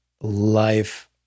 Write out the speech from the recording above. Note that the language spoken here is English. life